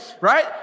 right